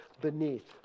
beneath